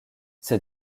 ces